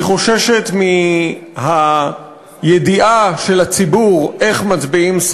היא חוששת מהידיעה של הציבור איך שרים מצביעים,